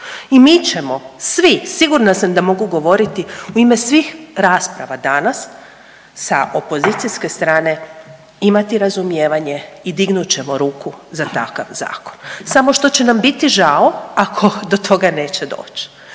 I mi ćemo svi, sigurna sam da mogu govoriti u ime svih rasprava danas sa opozicijske strane imati razumijevanje i dignut ćemo ruku za takav zakon samo što će nam biti žao ako do toga neće doći,